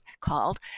called